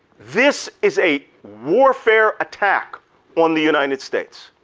this is a warfare attack on the united states.